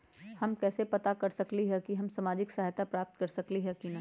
हम कैसे पता कर सकली ह की हम सामाजिक सहायता प्राप्त कर सकली ह की न?